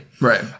Right